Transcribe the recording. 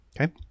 okay